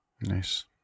Nice